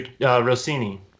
Rossini